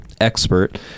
expert